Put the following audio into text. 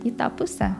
į tą pusę